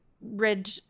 read